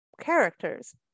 characters